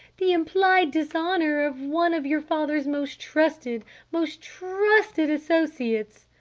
the implied dishonor of one of your father's most trusted most trusted associates!